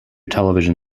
television